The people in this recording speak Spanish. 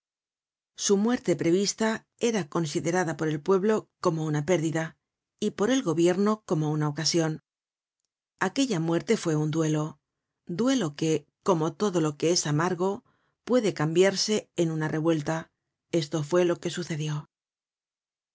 su muerte prevista era considerada por el pueblo como una pérdida y por el gobierno como una ocasion aquella muerte fue un duelo duelo que como todo lo que es amargo puede cambiarse en una revuelta esto fue lo que sucedió